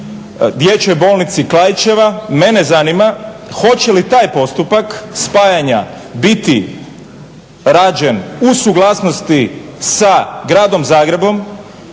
dječjoj bolnici Klaićeva. Mene zanima hoće li taj postupak spajanja biti rađen u suglasnosti sa Gradom Zagrebom,